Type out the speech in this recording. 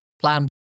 plan